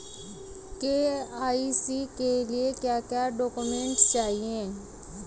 KYC के लिए क्या क्या डॉक्यूमेंट चाहिए?